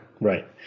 right